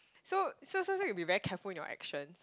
so so so you'll be very careful in your action